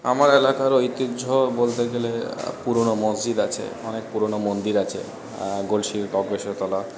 আমার এলাকার ঐতিহ্য বলতে গেলে পুরোনো মসজিদ আছে অনেক পুরোনো মন্দির আছে গলসির বক্রেশ্বর তলা